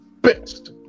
best